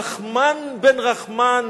רחמן בן רחמן,